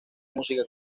música